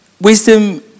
wisdom